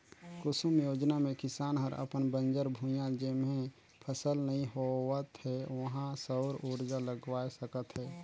कुसुम योजना मे किसान हर अपन बंजर भुइयां जेम्हे फसल नइ होवत हे उहां सउर उरजा लगवाये सकत हे